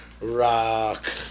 Rock